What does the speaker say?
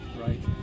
right